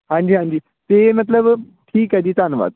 ਹਾਂਜੀ ਹਾਂਜੀ ਤਾਂ ਮਤਲਬ ਠੀਕ ਹੈ ਜੀ ਧੰਨਵਾਦ